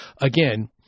again